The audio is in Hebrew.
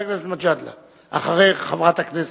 אין תנועות.